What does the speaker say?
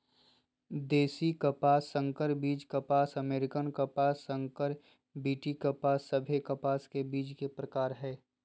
देशी कपास, संकर बीज कपास, अमेरिकन कपास, संकर बी.टी कपास सभे कपास के बीज के प्रकार हय